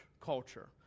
culture